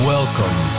Welcome